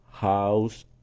house